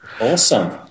Awesome